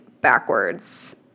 backwards